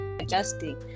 adjusting